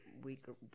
weaker